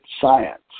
science